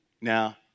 Now